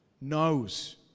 knows